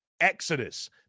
exodus